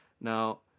Now